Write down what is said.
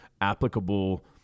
applicable